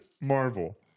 Marvel